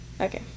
Okay